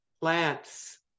Plants